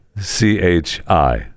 C-H-I